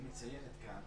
והיא מציינת כאן